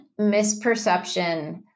misperception